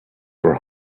were